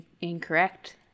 incorrect